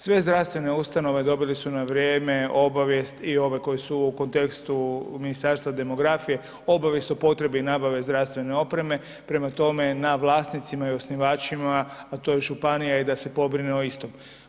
Sve zdravstvene ustanove dobile su na vrijeme obavijest i ove koje su u kontekstu Ministarstva demografije, obavijest o potrebi nabave zdravstvene opreme, prema tome na vlasnicima je i osnivačima, a to je županija je da se pobrine o istom.